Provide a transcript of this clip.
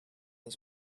his